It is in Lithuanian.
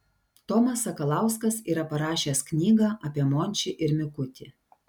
tomas sakalauskas yra parašęs knygą apie mončį ir mikutį